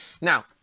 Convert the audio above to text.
now